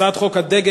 הצעת חוק הדגל,